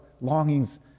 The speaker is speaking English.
longings